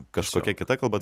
kažkokia kita kalba